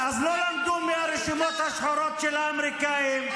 אז לא למדו מהרשימות השחורות של האמריקאים.